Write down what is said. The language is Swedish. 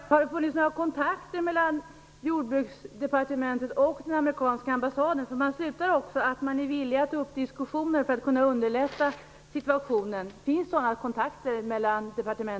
Fru talman! Har det funnits några kontakter mellan Jordbruksdepartementet och den amerikanska ambassaden? Brevet slutar med att man är villig att ta upp diskussioner för att kunna underlätta situationen.